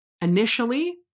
initially